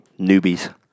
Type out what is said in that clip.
Newbies